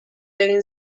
egin